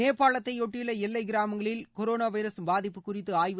நேபாலத்தை யொட்டியுள்ள எல்லை கிராமங்களில் கொரோனா வைரஸ் பாதிப்பு குறித்து ஆய்வு